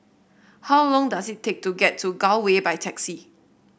how long does it take to get to Gul Way by taxi